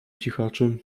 cichaczem